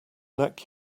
neck